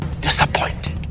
disappointed